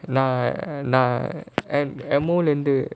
I I at at most in the